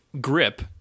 grip